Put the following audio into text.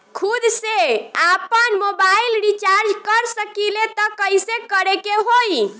खुद से आपनमोबाइल रीचार्ज कर सकिले त कइसे करे के होई?